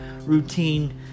routine